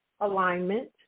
alignment